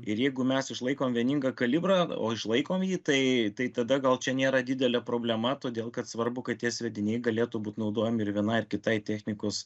ir jeigu mes išlaikom vieningą kalibrą o išlaikom jį tai tai tada gal čia nėra didelė problema todėl kad svarbu kad tie sviediniai galėtų būt naudojami ir vienai ar kitai technikos